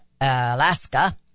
Alaska